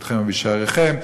ביתך ובשעריך,